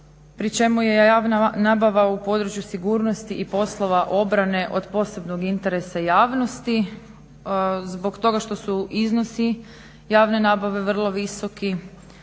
Pri čemu je javna nabava u području sigurnosti i poslova obrane od posebnog interesa javnosti. Zbog toga što su iznosi javne nabave vrlo visoki